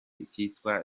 kitwa